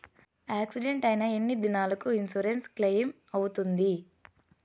Accident అయిన ఎన్ని దినాలకు ఇన్సూరెన్సు క్లెయిమ్ అవుతుంది?